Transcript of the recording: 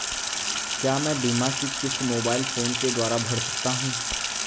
क्या मैं बीमा की किश्त मोबाइल फोन के द्वारा भर सकता हूं?